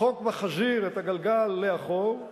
החוק מחזיר את הגלגל לאחור.